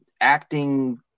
acting